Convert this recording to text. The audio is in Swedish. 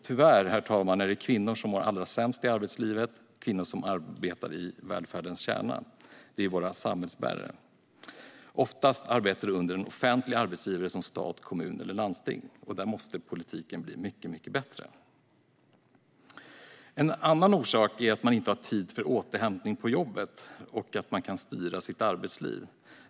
Tyvärr, herr talman, är det kvinnor som mår allra sämst i arbetslivet - kvinnor som arbetar i välfärdens kärna och som är våra samhällsbärare. Oftast arbetar de hos en offentlig arbetsgivare som stat, kommun eller landsting. Där måste politiken bli mycket bättre. En annan orsak är att man inte har tid till återhämtning på jobbet och att man inte kan styra sitt arbetsliv.